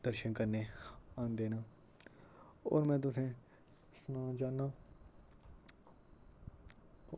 दर्शन करने आंदे न और में तुसें सनाना चाह्नां